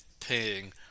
paying